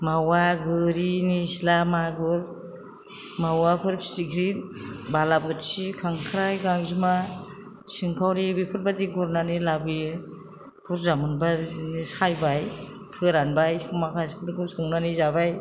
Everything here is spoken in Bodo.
मावा गोरि निस्ला मागुर मावाफोर फिथिख्रि बालाबोथि खांख्राय गांजेमा सिंखाउरि बेफोरबायदि गुरनानै लाबोयो बुरजा मोनबा बिदिनो सायबाय फोरानबाय माखासेफोरखौ संनानै जाबाय